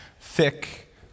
thick